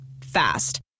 Fast